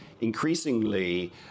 increasingly